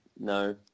No